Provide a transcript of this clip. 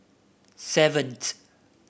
seventh